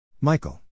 Michael